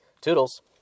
Toodles